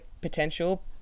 potential